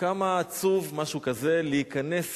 כמה עצוב, משהו כזה, להיכנס